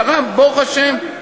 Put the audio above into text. קרה, ברוך השם.